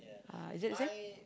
uh is it the same